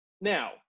Now